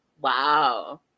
Wow